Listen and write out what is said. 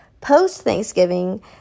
post-Thanksgiving